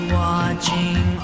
watching